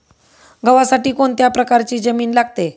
गव्हासाठी कोणत्या प्रकारची जमीन लागते?